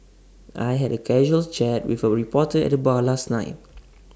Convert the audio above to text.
I had A casual chat with A reporter at the bar last night